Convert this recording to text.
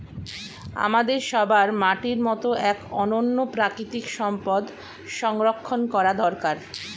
আমাদের সবার মাটির মতো এক অনন্য প্রাকৃতিক সম্পদ সংরক্ষণ করা দরকার